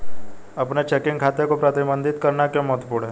अपने चेकिंग खाते को प्रबंधित करना क्यों महत्वपूर्ण है?